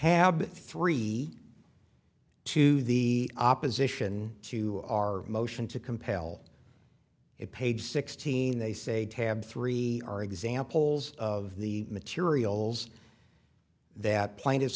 tab three to the opposition to our motion to compel it page sixteen they say tab three are examples of the materials that plane is